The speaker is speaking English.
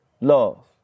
love